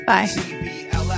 Bye